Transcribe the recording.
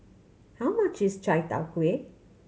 how much is Chai Tow Kuay